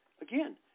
again